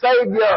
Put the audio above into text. Savior